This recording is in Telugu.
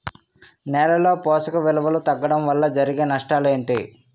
నేలలో పోషక విలువలు తగ్గడం వల్ల జరిగే నష్టాలేంటి?